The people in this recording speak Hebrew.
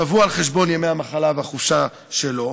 שבוע על חשבון ימי המחלה והחופשה שלו,